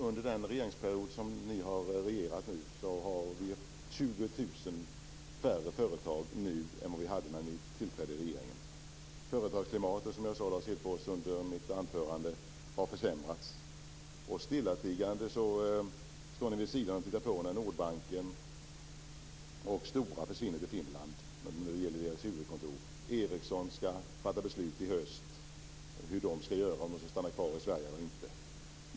Under den period som ni har regerat har det blivit 20 000 färre företag än vad som fanns när regeringen tillträdde. Företagsklimatet har försämrats. Stillatigande står ni vid sidan och tittar på när både Nordbankens och Storas huvudkontor försvinner till Finland. På Ericsson skall man fatta beslut i höst om hur man skall göra, om man skall stanna kvar i Sverige eller inte.